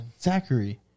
Zachary